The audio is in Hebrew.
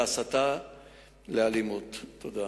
יציג את ההצעה ממלא-מקום יושב-ראש ועדת הכספים ציון פיניאן.